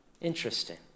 Interesting